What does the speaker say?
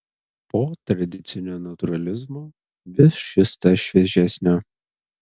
po tradicinio natūralizmo vis šis tas šviežesnio